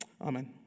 amen